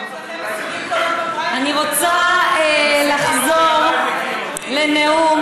בידיים נקיות, אני רוצה לחזור לנאום